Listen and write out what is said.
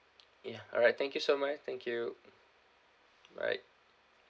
ya alright thank you so much thank you bye